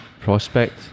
prospect